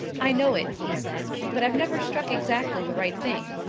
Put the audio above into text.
i know it, he said, but i've never struck exactly the right thing.